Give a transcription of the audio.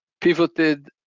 pivoted